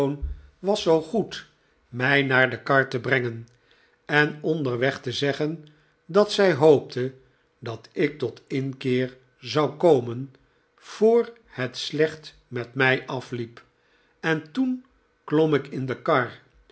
was zoo goed mij naar de kar te brengen en onderweg te zeggen dat zij hoopte dat ik tot inkeer zou komen voor het slecht met mij afliep en toen klom ik in de kar